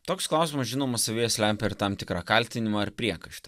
toks klausimas žinoma savyje slepia ir tam tikrą kaltinimą ar priekaištą